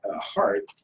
Heart